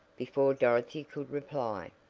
before dorothy could reply.